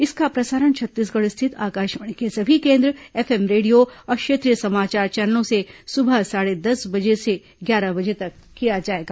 इसका प्रसारण छत्तीसगढ़ स्थित आकाशवाणी के सभी केंद्र एफएम रेडियो और क्षेत्रीय समाचार चैनलों से सुबह साढ़े दस बजे से ग्यारह बजे तक किया जाएगा